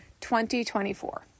2024